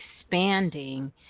expanding